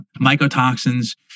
mycotoxins